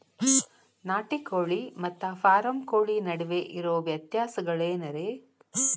ನಾಟಿ ಕೋಳಿ ಮತ್ತ ಫಾರಂ ಕೋಳಿ ನಡುವೆ ಇರೋ ವ್ಯತ್ಯಾಸಗಳೇನರೇ?